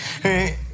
Hey